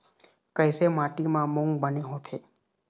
कइसे माटी म मूंग बने होथे?